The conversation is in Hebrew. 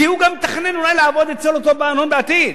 כי הוא גם מתכנן אולי לעבוד אצל אותו בעל הון בעתיד,